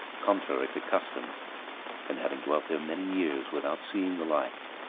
contrary to custom and having dwelt there many years without seeing the like,